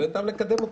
אין טעם לקדם אותו.